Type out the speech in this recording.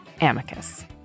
amicus